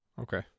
Okay